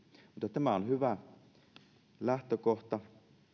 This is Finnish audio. tämä on hyvä lähtökohta